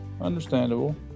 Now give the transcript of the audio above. understandable